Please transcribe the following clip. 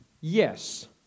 yes